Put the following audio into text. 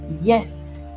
yes